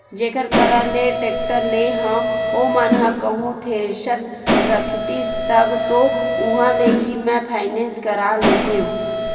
जेखर करा ले टेक्टर लेय हव ओमन ह कहूँ थेरेसर रखतिस तब तो उहाँ ले ही मैय फायनेंस करा लेतेव